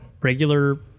regular